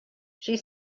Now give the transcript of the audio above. she